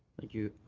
thank you.